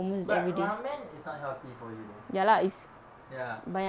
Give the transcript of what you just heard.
but ramen is not healthy for you though ya